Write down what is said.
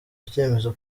icyemezo